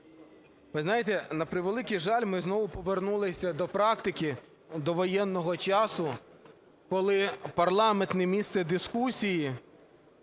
Ви знаєте, на превеликий жаль, ми знову повернулися до практики, до воєнного часу, коли парламент – не місце дискусії,